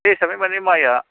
बे हिसाबै मानि माइया